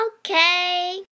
Okay